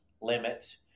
limits